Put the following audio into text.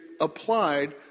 applied